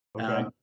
Okay